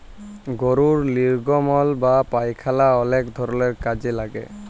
গরুর লির্গমল বা পায়খালা অলেক ধরলের কাজে লাগে